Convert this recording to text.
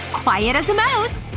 quiet as a mouse.